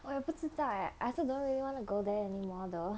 我也不知道 eh I also don't really want to go there anymore though